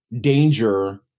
danger